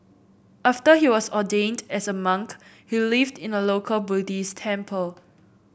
after he was ordained as a monk he lived in a local Buddhist temple